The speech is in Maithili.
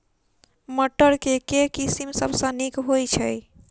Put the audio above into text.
मटर केँ के किसिम सबसँ नीक होइ छै?